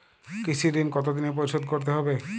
কৃষি ঋণ কতোদিনে পরিশোধ করতে হবে?